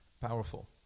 Powerful